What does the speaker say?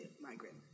migrant